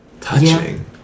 Touching